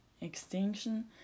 extinction